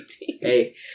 Hey